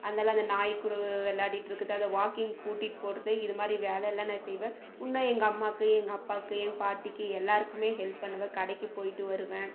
அதனால அந்த நாய் கூட விளையாடிட்டு இருக்கிறது அதை வாக்கிங் கூட்டிகிட்டு போகிறது இதுமாதிரி வேலைலான் நான் செய்வேன் இன்னும் எங்கள் அம்மாவுக்கு எங்கள் அப்பாவுக்கு என் பாட்டிக்கு எல்லாருக்குமே ஹெல்ப் பண்ணுவேன் ஒரு கடைக்கு போயிட்டு வருவேன்